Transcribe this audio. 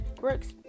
Works